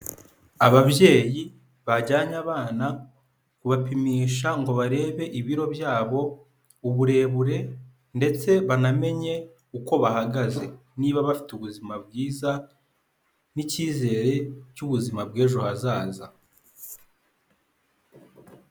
Ababyeyi bajyanye abana kubapimisha ngo barebe ibiro byabo, uburebure, ndetse banamenye uko bahagaze. Niba bafite ubuzima bwiza, n'icyizere cy'ubuzima bw'ejo hazaza.